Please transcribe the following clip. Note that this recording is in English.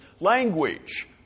language